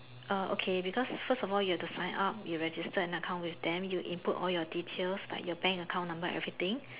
uh okay because first of all you have to sign up you register an account with them you input all your details like your bank account number and everything